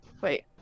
wait